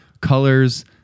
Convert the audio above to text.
colors